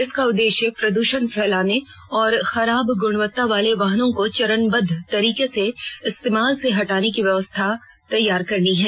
इसका उद्देश्य प्रद्वषण फैलाने और खराब गुणवत्ता वाले वाहनों को चरणबद्व तरीके से इस्तेमाल से हटाने की व्यवस्था तैयार करनी है